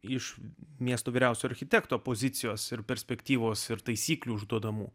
iš miestų vyriausio architekto pozicijos ir perspektyvos ir taisyklių užduodamų